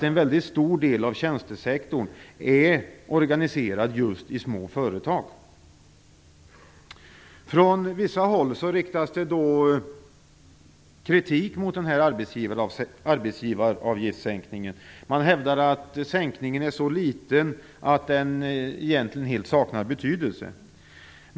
En väldigt stor del av tjänstesektorn är nämligen organiserad i just små företag. Från vissa hålla riktas kritik mot sänkningen av arbetsgivaravgiften. Man hävdar att sänkningen är så liten att den egentligen helt saknar betydelse.